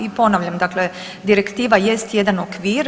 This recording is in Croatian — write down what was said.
I ponavljam dakle direktiva jest jedan okvir.